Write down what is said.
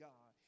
God